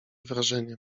wrażenie